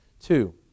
Two